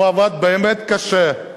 הוא עבד באמת קשה.